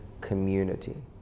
community